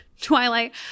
Twilight